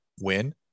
win